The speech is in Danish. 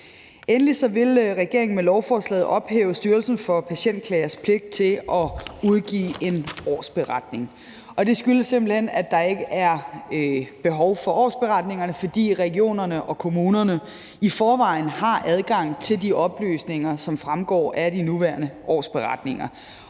Endelig vil regeringen med lovforslaget ophæve Styrelsen for Patientklagers pligt til at udgive en årsberetning, og det skyldes simpelt hen, at der ikke er behov for årsberetningerne, fordi regionerne og kommunerne i forvejen har adgang til de oplysninger, som fremgår af de nuværende årsberetninger.